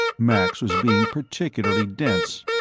max was being particularly dense.